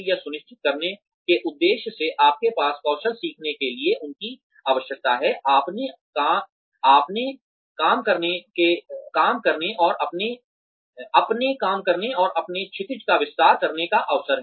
यह सुनिश्चित करने के उद्देश्य से उनके पास कौशल सीखने के लिए उनकी आवश्यकता है अपने काम करने और अपने क्षितिज का विस्तार करने का अवसर है